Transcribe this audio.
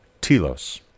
telos